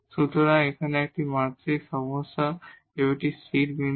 সুতরাং এখানে এই মাত্রিক সমস্যা একটি স্থির বিন্দু